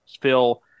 Phil